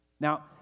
Now